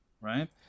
right